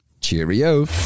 Cheerio